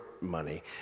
money